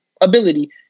ability